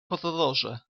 horrorze